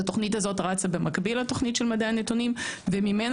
התוכנית הזאת רצה במקביל לתוכנית של מדעי הנתונים וממנה